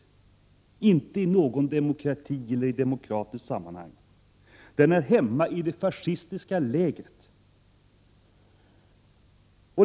Den hör inte hemma i någon demokrati eller i något demokratiskt sammanhang. Den hör hemma i det fascistiska lägret.